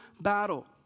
battle